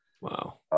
wow